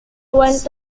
went